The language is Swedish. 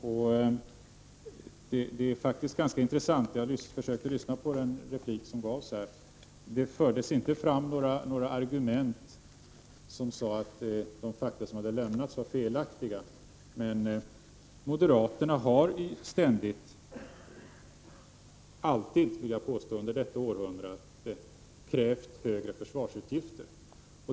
Det är faktiskt ganska intressant att det inte fördes fram några argument om att de fakta som jag lämnat var felaktiga. Moderaterna har alltid under detta århundrade krävt högre försvarsutgifter.